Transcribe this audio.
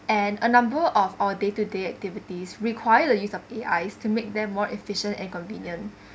and a number of our day to day activities require the use of A_I to make them more efficient and convenient